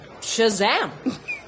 Shazam